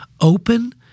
open